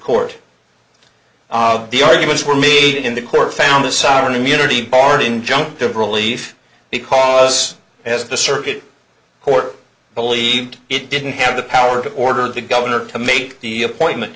court the arguments were made in the court found the sovereign immunity barred injunctive relief because as the circuit court believed it didn't have the power to order the governor to make the appointment